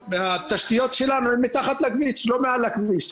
התשתיות שלנו הן מתחת לכביש, לא מעל הכביש.